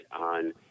on